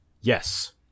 Yes